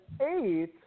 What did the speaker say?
eight